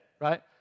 right